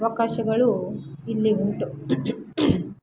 ಅವಕಾಶಗಳೂ ಇಲ್ಲಿ ಉಂಟು